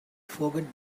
forgot